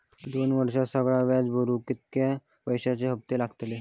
दोन वर्षात सगळा व्याज भरुक कितक्या पैश्यांचे हप्ते लागतले?